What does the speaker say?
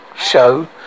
Show